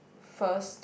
first